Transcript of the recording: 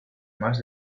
más